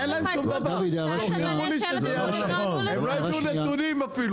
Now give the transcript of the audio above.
הם לא הביאו נתונים אפילו.